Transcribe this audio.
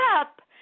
up